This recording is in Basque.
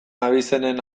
abizenen